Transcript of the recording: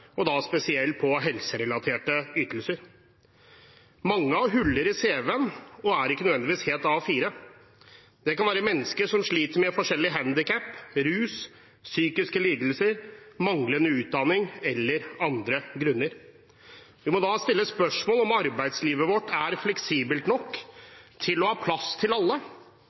og da spesielt når det gjelder helserelaterte ytelser. Mange har huller i cv-en og er ikke nødvendigvis helt A4. Det kan være mennesker som sliter med forskjellige handikap, rus, psykiske lidelser, manglende utdanning eller annet. Vi må da stille spørsmål om arbeidslivet vårt er fleksibelt nok til å ha plass til alle,